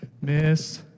miss